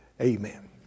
Amen